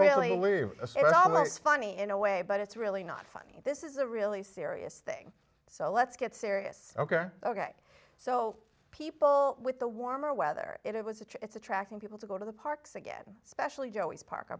certain almost funny in a way but it's really not funny this is a really serious thing so let's get serious ok ok so people with the warmer weather it was a it's attracting people to go to the parks again especially joey's park